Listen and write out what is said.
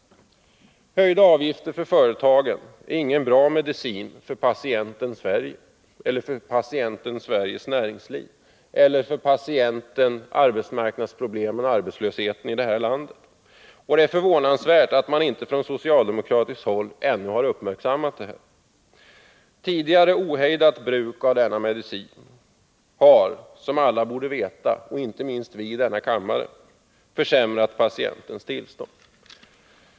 Men höjda avgifter för företagen är ingen bra medicin för patienten Sverige eller för patienten Sveriges näringsliv eller för patienten arbetsmarknadsproblem och arbetslöshet i det här landet. Det är förvånansvärt att man inte på socialdemokratiskt håll ännu har uppmärksammat detta. Tidigare ohejdat bruk av denna medicin har, som alla borde veta — och inte minst vi i denna kammare — försämrat ”patientens” tillstånd.